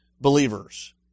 believers